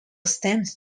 stands